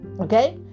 Okay